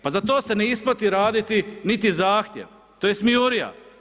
Pa za to se ne isplati raditi niti Zahtjev, to je smijurija.